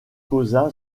causa